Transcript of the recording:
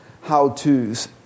how-tos